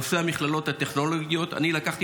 נושא המכללות הטכנולוגיות: אתמול לקחתי